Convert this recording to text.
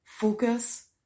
Focus